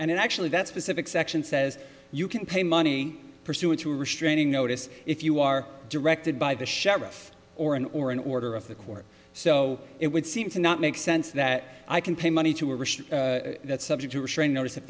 and actually that specific section says you can pay money pursuant to a restraining notice if you are directed by the sheriff or in or an order of the court so it would seem to not make sense that i can pay money to or that subject to assure a notice of